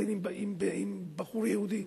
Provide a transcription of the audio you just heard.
תתחתן עם בחור יהודי.